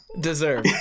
Deserve